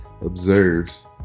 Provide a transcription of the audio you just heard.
observes